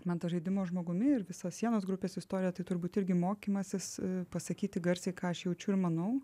man tas žaidimas žmogumi ir visos sienos grupės istorija tai turbūt irgi mokymasis pasakyti garsiai ką aš jaučiu ir manau